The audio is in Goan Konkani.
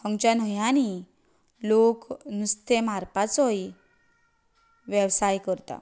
हांगाच्या न्हंयानी लोक नुस्तें मारपाचोय वेवसाय करता